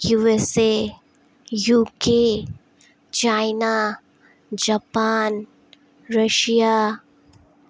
USA UK China Japan Russia